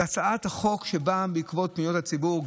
זו הצעת חוק שבאה בעקבות פניות הציבור,